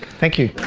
thank you.